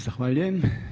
Zahvaljujem.